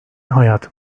hayat